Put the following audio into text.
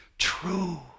True